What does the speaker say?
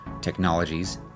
technologies